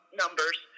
numbers